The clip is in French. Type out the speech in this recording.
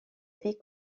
vie